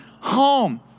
home